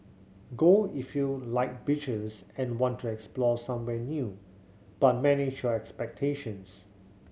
go if you like beaches and want to explore somewhere new but manage your expectations